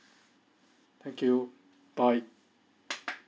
thank you bye